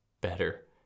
better